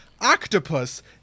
octopus